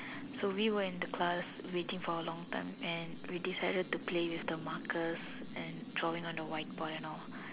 so we were in the class waiting for a long time and we decided to play with the markers and drawing on the whiteboard and all